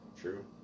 True